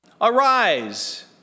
arise